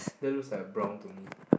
that looks like a brown to me